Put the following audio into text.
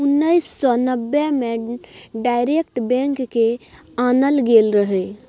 उन्नैस सय नब्बे मे डायरेक्ट बैंक केँ आनल गेल रहय